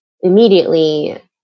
immediately